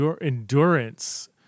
endurance